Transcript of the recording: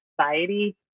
society